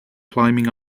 climbing